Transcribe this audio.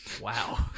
Wow